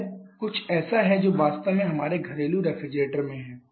यह कुछ ऐसा है जो वास्तव में हमारे घरेलू रेफ्रिजरेटर में है